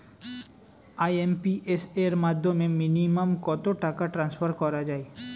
IMPS এর মাধ্যমে minimum কত টাকা ট্রান্সফার করা যায়?